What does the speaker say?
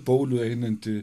paulių einantį